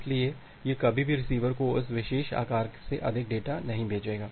इसलिए यह कभी भी रिसीवर को उस विशेष आकार से अधिक डेटा नहीं भेजेगा